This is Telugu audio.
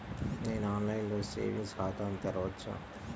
నేను ఆన్లైన్లో సేవింగ్స్ ఖాతాను తెరవవచ్చా?